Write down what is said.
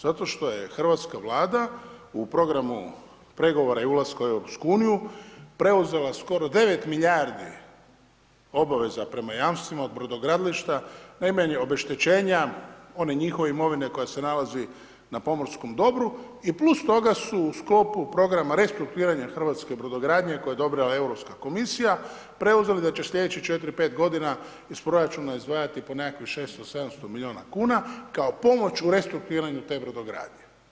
Zato što je hrvatska Vlada u programu pregovara i ulaska u EU preuzela skoro 9 milijardi obaveza prema jamstvima od brodogradilišta, najmanje obeštećenja, one njihove imovine koja se nalazi na pomorskom dobru i plus toga su u sklopu programa restrukturiranja hrvatske brodogradnje koju je odobrila Europska komisija preuzeli da će slijedećih četiri, pet godina iz proračuna izdvajati po nekakvih 600, 700 milijuna kuna, kao pomoć u restrukturiranju te brodogradnje.